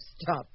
stop